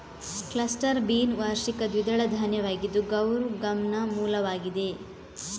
cluster bean ವಾರ್ಷಿಕ ದ್ವಿದಳ ಧಾನ್ಯವಾಗಿದ್ದು ಗೌರ್ ಗಮ್ನ ಮೂಲವಾಗಿದೆ